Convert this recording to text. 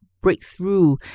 breakthrough